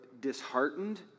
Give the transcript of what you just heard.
disheartened